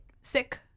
sick